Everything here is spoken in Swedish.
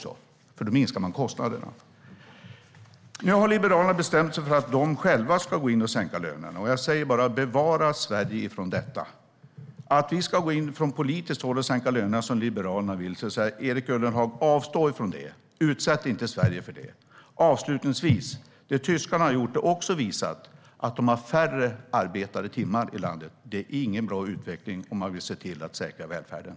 För då minskar man kostnaderna. Nu har Liberalerna bestämt sig för att de ska gå in och sänka lönerna. Jag säger bara: Bevara Sverige från detta! När det gäller att vi ska gå in från politiskt håll och sänka lönerna, som Liberalerna vill, säger jag: Erik Ullenhag! Avstå från det! Utsätt inte Sverige för det! Avslutningsvis: När det gäller det tyskarna har gjort är det också visat att de har färre arbetade timmar i landet. Det är ingen bra utveckling om man vill se till att säkra välfärden.